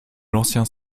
l’ancien